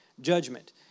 judgment